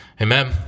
amen